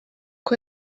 uko